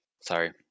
Sorry